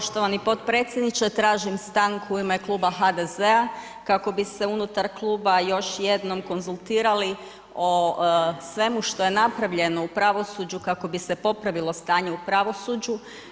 Poštovani potpredsjedniče, tražim stanku u ime Kluba HDZ-a kako bi se unutar kluba još jednom konzultirali o svemu što je napravljeno u pravosuđu kako bi se popravilo stanje u pravosuđu.